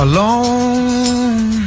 Alone